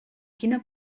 quina